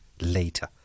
later